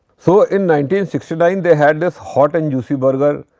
so, in nineteen sixty-nine they had this hot n juicy burger.